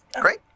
Great